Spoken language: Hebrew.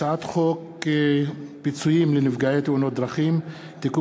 הצעת חוק פיצויים לנפגעי תאונות דרכים (תיקון